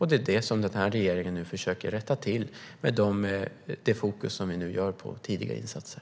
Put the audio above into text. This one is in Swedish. Det är det som den här regeringen nu försöker rätta till genom det fokus vi har på tidiga insatser.